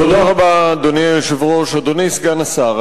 תודה רבה, אדוני היושב-ראש, אדוני סגן השר.